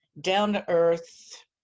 down-to-earth